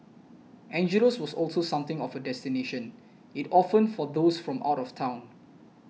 Angelo's was also something of a destination it often for those from out of town